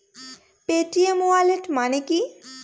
Paytm wallet মানে কি?